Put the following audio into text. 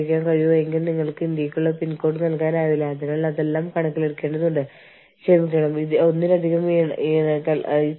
നിങ്ങൾക്കറിയാമോ extra territorial നിയമങ്ങളളെന്നാൽ രണ്ട് പ്രവർത്തനങ്ങളെ എത്രത്തോളം സംയോജിപ്പിക്കണം എന്ന് നിർണയിക്കുന്ന നിയന്ത്രണ ഘടകങ്ങളാണ്